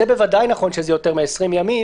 זה בוודאי נכון שזה יותר מ-20 ימים.